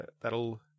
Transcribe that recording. that'll